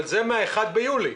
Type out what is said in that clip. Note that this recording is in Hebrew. אבל זה מה-1 ביולי.